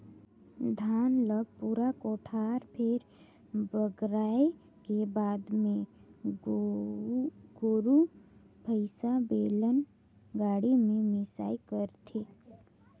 धान ल पूरा कोठार भेर बगराए के बाद मे गोरु भईसा, बेलन गाड़ी में मिंसई करथे